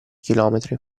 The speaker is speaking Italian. chilometri